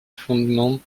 fondements